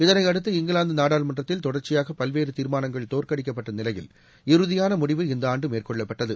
இதனையடுத்து இங்கிலாந்து நாடாளுமன்றத்தில் தொடர்ச்சியாக பல்வேறு தீர்மானங்கள் தோற்கடிக்கப்பட்ட நிலையில் இறுதியான முடிவு இந்த ஆண்டு மேற்கொள்ளப்பட்டது